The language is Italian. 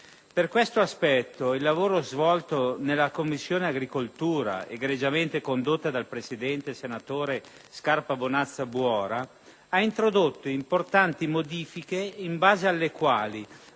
Per questo aspetto, il lavoro svolto dalla Commissione agricoltura, egregiamente condotto dal presidente, senatore Scarpa Bonazza Buora, ha introdotto importanti modifiche in base alle quali,